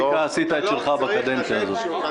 עשית את שלך בקדנציה הזאת.